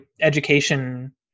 education